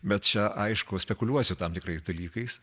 bet čia aišku spekuliuosiu tam tikrais dalykais